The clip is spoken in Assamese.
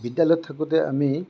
বিদ্যালয়ত থাকোতে আমি